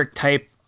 type